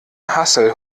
hassel